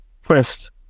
first